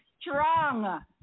strong